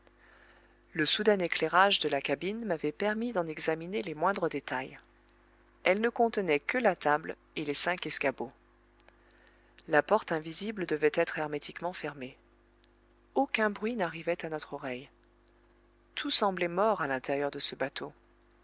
le soudain éclairage de la cabine m'avait permis d'en examiner les moindres détails elle ne contenait que la table et les cinq escabeaux la porte invisible devait être hermétiquement fermée aucun bruit n'arrivait à notre oreille tout semblait mort à l'intérieur de ce bateau